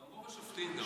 רוב השופטים גם.